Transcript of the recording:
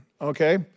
Okay